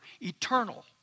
eternal